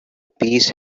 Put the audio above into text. peace